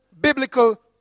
biblical